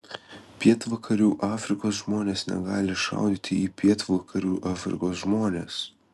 pietvakarių afrikos žmonės negali šaudyti į pietvakarių afrikos žmones